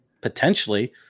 potentially